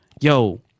yo